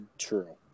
true